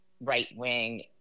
right-wing